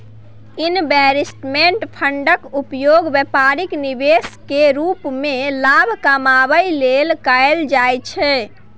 investment फंडक उपयोग बेपारिक निवेश केर रूप मे लाभ कमाबै लेल कएल जाइ छै